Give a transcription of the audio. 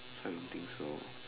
I don't think so